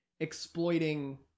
Exploiting